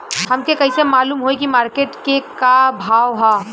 हमके कइसे मालूम होई की मार्केट के का भाव ह?